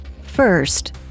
First